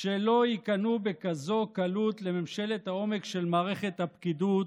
שלא ייכנעו בכזאת קלות לממשלת העומק של מערכת הפקידות,